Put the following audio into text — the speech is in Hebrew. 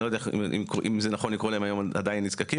אני לא יודע אם זה נכון לקרוא להם היום עדיין נזקקים,